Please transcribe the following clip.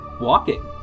walking